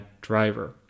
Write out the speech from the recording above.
driver